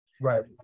Right